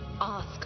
ask